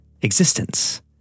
existence